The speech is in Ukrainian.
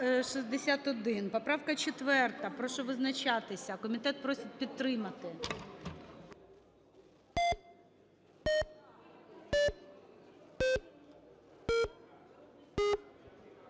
Поправка 4. Прошу визначатися. Комітет просить підтримати.